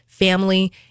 family